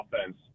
offense